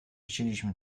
chcieliśmy